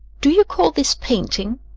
do you call this painting?